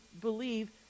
believe